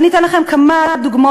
אני אתן לכם כמה דוגמאות,